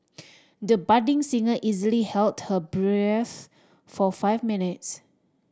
the budding singer easily held her breath for five minutes